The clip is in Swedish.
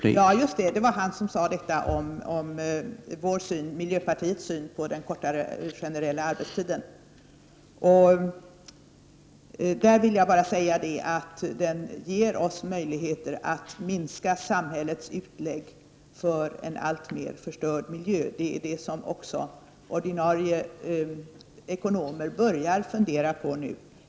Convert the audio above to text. Herr talman! Ja, just det. Det var Sten Östlund som nämnde miljöpartiets syn på den kortare generella arbetstiden. Jag vill bara säga att kortare arbetstid ger oss möjligheter att minska samhällets utlägg för en allt mer förstörd miljö. Det är något som även ”ordinarie” ekonomer börjar fundera på.